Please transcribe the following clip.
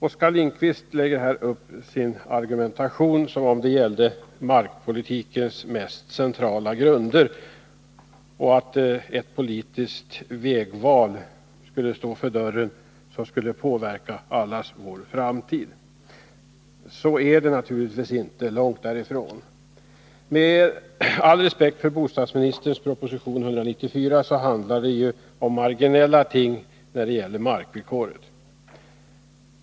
Oskar Lindkvist lägger upp argumenteringen som om det gällde markpolitikens mest centrala grunder och som om ett politiskt vägval skulle stå för dörren som påverkar allas vår framtid. Så är det naturligtvis inte, långt därifrån. Med all respekt för bostadsministerns proposition 194 måste man ändock säga att den handlar om marginella ting när det gäller markvillkoret.